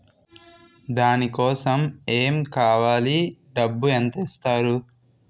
దాని కోసం ఎమ్ కావాలి డబ్బు ఎంత ఇస్తారు?